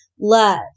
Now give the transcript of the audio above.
Love